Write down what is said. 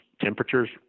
temperatures